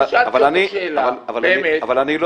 אני שאלתי אותו שאלה, באמת,